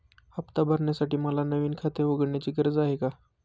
हफ्ता भरण्यासाठी मला नवीन खाते उघडण्याची गरज आहे का?